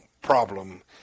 problem